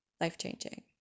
life-changing